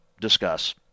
discuss